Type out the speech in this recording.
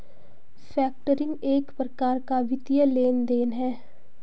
factoring एक प्रकार का वित्तीय लेन देन है